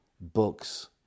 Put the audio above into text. books